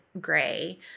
Gray